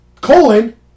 Colon